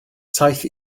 taith